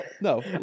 No